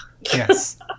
Yes